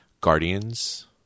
Guardians